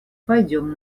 пойдем